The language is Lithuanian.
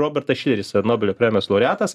robertas šileris nobelio premijos laureatas